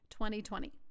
2020